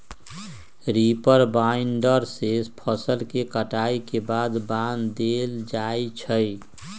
reaper binder से फसल के कटाई के बाद बान देल जाई छई